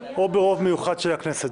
או ברוב מיוחד של הכנסת.